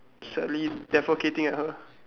sadly defecating at her